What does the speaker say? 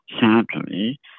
sadly